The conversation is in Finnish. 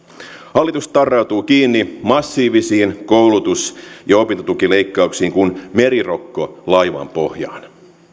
hallitus tarrautuu kiinni massiivisiin koulutus ja opintotukileikkauksiin kuin merirokko laivan pohjaan